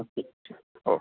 okay ठीक okay